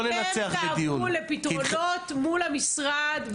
ננצח את הדיון --- אתם תעברו לפתרונות מול המשרד,